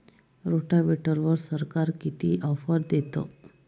रोटावेटरवर सरकार किती ऑफर देतं?